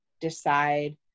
decide